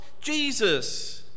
Jesus